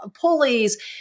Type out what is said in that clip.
pulleys